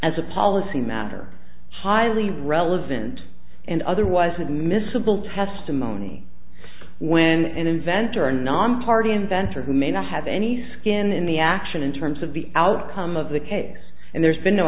as a policy matter highly relevant and otherwise admissible testimony when an inventor nonparty inventor who may not have any skin in the action in terms of the outcome of the case and there's been no